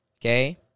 okay